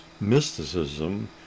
mysticism